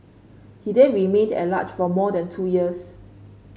he then remained at large for more than two years